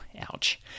Ouch